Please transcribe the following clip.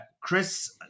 Chris